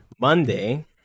Monday